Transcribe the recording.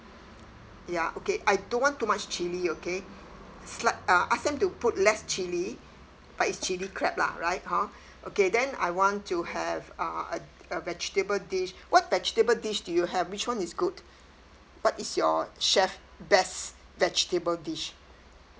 ya okay I don't want to much chilli okay slight uh ask them to put less chilli but it's chilli crab lah right ha okay then I want to have uh a a vegetable dish what vegetable dish do you have which one is good what is your chef best vegetable dish